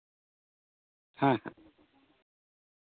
ᱦᱮᱸ